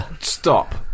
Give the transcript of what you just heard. Stop